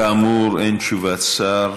כאמור, אין תשובת שר.